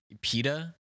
Peta